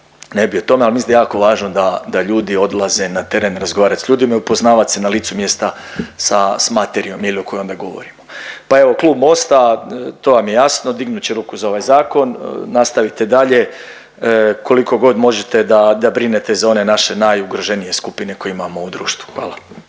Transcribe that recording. ne bi o tome ali mislim da je jako važno da, da ljudi odlaze na teren razgovarat s ljudima i upoznavat se na licu mjesta sa, s materijom je li o kojoj onda govorimo. Pa evo klub Mosta to vam je jasno dignut će ruku za ovaj zakon. Nastavite dalje koliko god možete da, da brinete za one naše najugroženije skupine koje imamo u društvu. Hvala.